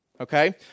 okay